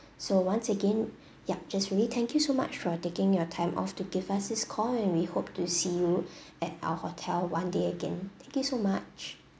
so once again yup just really thank you so much for taking your time off to give us this call and we hope to see you at our hotel one day again thank you so much